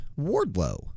Wardlow